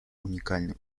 уникальные